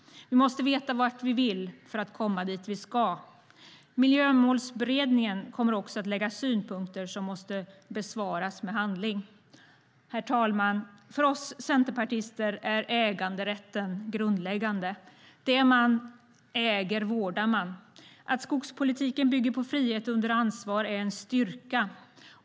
Vi måste veta vad vi vill för att komma dit vi ska. Miljömålsberedningen kommer också att lägga fram synpunkter som måste besvaras med handling. Herr talman! För oss centerpartister är äganderätten grundläggande. Det man äger vårdar man. Att skogspolitiken bygger på frihet under ansvar är en styrka.